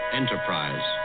enterprise